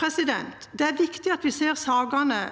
Det er viktig at vi ser at sakene